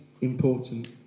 important